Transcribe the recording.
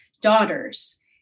daughters